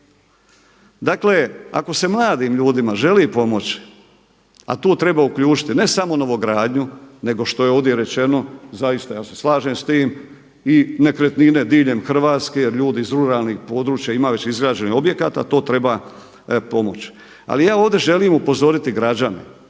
Dakle, ako se mladim ljudima želi pomoći, a tu treba uključiti ne samo novogradnju nego što je ovdje rečeno, zaista ja se slažem s tim i nekretnine diljem Hrvatske jer ljudi iz ruralnih područja imaju već izgrađene objekte, a to treba pomoći. Ali ja ovdje želim upozoriti građane,